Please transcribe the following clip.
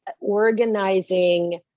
organizing